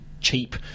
Cheap